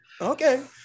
Okay